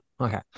okay